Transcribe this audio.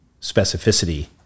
specificity